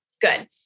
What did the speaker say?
Good